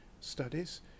studies